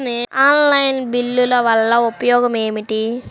Online బిల్లుల వల్ల ఉపయోగమేమిటీ?